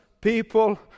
people